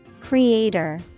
Creator